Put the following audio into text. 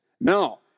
No